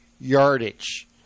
yardage